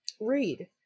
read